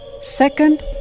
Second